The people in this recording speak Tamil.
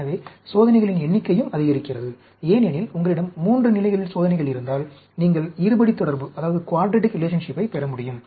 எனவே சோதனைகளின் எண்ணிக்கையும் அதிகரிக்கிறது ஏனெனில் உங்களிடம் 3 நிலைகளில் சோதனைகள் இருந்தால் நீங்கள் இருபடி தொடர்பினைப் பெற முடியும்